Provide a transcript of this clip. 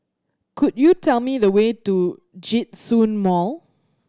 could you tell me the way to Djitsun Mall